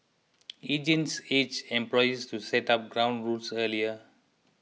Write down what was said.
agents urged employers to set up ground rules earlier